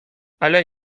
ale